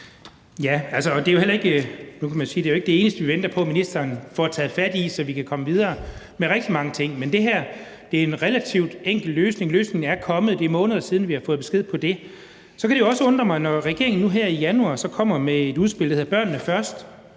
at det jo ikke er det eneste, vi venter på ministeren får taget fat i, så vi kan komme videre – det gælder rigtig mange ting – men her er der tale om en relativt enkel løsning. Løsningen er kommet, og det er måneder siden, at vi har fået besked om det. Så kan det også, når regeringen nu her i januar kom med et udspil, der hedder »Børnene Først«,